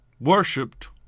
worshipped